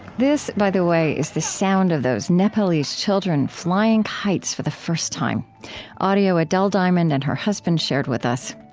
this, by the way, is the sound of those nepalese children flying kites for the first time audio adele diamond and her husband shared with us.